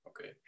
okay